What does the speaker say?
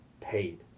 paid